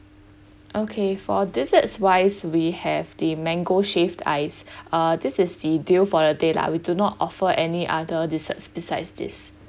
okay for desserts wise we have the mango shaved ice uh this is the deal for the day lah we do not offer any other dessert besides this